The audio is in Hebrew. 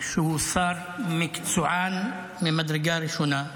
שהוא שר מקצוען ממדרגה ראשונה,